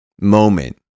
moment